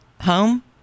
home